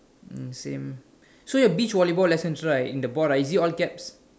mm same so your beach volleyball lessons right in the board right is it all caps